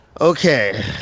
Okay